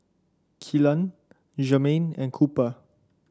Kellan Germaine and Cooper